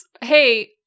hey